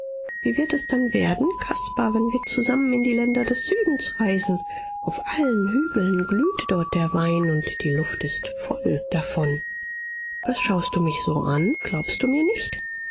wie wird es dann werden caspar wenn wir zusammen in die länder des südens reisen auf allen hügeln glüht dort der wein und die luft ist voll davon was schaust du mich so an glaubst du mir nicht